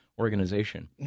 organization